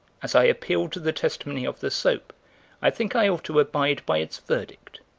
as i appealed to the testimony of the soap i think i ought to abide by its verdict.